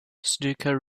snooker